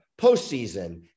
postseason